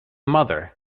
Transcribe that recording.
mother